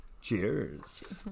Cheers